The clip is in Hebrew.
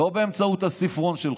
לא באמצעות הספרון שלך.